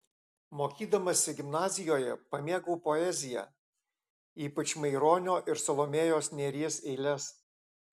mokydamasi gimnazijoje pamėgau poeziją ypač maironio ir salomėjos nėries eiles